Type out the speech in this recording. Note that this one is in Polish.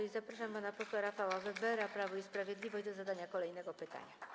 I zapraszam pana posła Rafała Webera, Prawo i Sprawiedliwość, do zadania kolejnego pytania.